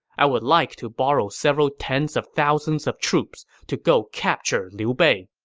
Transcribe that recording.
i would like to borrow several tens of thousands of troops to go capture liu bei.